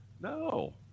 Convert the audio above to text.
No